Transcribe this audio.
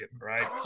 right